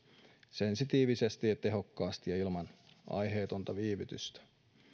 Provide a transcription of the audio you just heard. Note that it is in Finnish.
sensitiivisesti ja tehokkaasti ja ilman aiheetonta viivytystä